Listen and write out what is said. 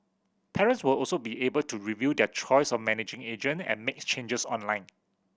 parents will also be able to review their choice of managing agent and make changes online